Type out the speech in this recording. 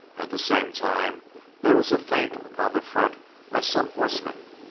at the same time there was a feint upon the front by some horsemen,